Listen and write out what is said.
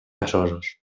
gasosos